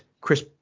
Chris